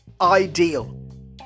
ideal